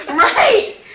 Right